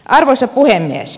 arvoisa puhemies